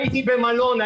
הייתי במלון,